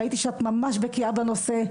ראיתי שאת ממש בקיאה בנושא,